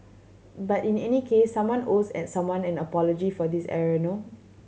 but in any case someone owes an someone in apology for this error no